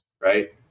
Right